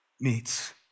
meets